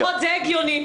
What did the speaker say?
נכון, זה הגיוני.